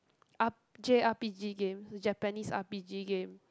up J_R_P-G game Japanese R_P-G game